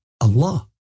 Allah